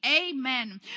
Amen